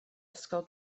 ysgol